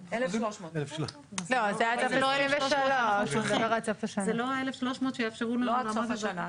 1,300. זה לא ה-1,300 שיאפשרו לנו לעמוד השנה.